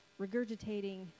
regurgitating